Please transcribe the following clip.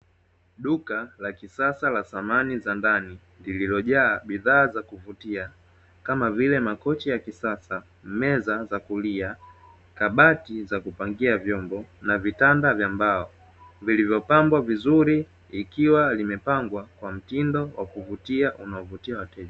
Duka la kisasa la samani za ndani lililojaa bidhaa za kuvutia kama vile makochi ya kisasa, meza za kulia, kabati za kupangia vyombo na vitanda vya mbao vilivyopambwa vizuri ikiwa vimepangwa kwa mtindo wa kuvutia unaovutia wateja.